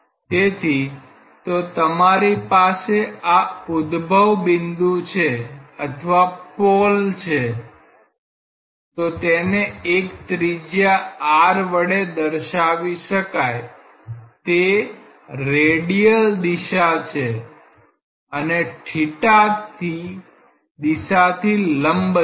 તેથી તો તમારી પાસે આ ઉદ્ભવ બિંદુ છે અથવા પોલ છે તો તેને એક ત્રિજ્યા r વડે દર્શાવી શકાય તે રેડિયલ દિશા છે અને દિશા થી લંબ છે